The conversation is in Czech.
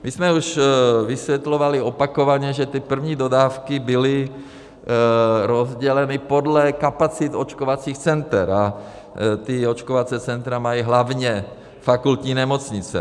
My jsme už vysvětlovali opakovaně, že ty první dodávky byly rozděleny podle kapacit očkovacích center, a ta očkovací centra mají hlavně fakultní nemocnice.